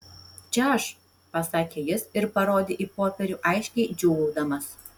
čia aš pasakė jis ir parodė į popierių aiškiai džiūgaudamas